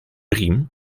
riem